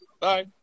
Bye